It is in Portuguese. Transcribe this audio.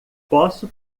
posso